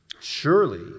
Surely